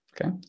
okay